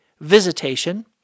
visitation